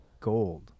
gold